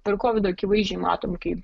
per kovidą akivaizdžiai matome kaip